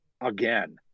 again